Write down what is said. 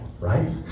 right